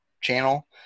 channel